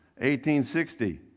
1860